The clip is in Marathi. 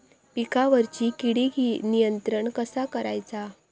पिकावरची किडीक नियंत्रण कसा करायचा?